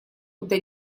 куда